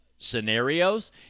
scenarios